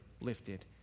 lifted